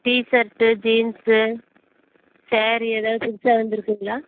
T shirt jeans sari ஏதாவது புதுசாக வந்துருக்குங்களா